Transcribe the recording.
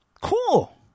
Cool